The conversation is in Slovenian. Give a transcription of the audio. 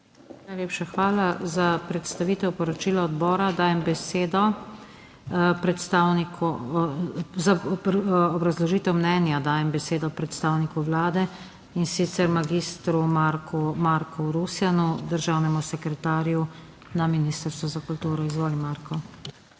Najlepša hvala. Za predstavitev poročila odbora dajem besedo predstavniku, za obrazložitev mnenja, dajem besedo predstavniku Vlade, in sicer magistru Marku Rusjanu, državnemu sekretarju na Ministrstvu za kulturo. Izvoli, Marko.